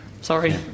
Sorry